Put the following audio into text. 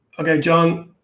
okay john,